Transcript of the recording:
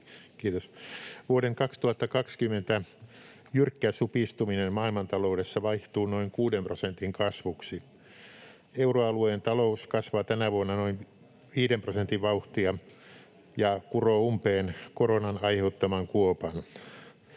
Kiitos. — Vuoden 2020 jyrkkä supistuminen maailmantaloudessa vaihtuu noin 6 prosentin kasvuksi. Euroalueen talous kasvaa tänä vuonna noin 5 prosentin vauhtia ja kuroo umpeen koronan aiheuttaman kuopan.